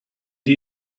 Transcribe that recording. die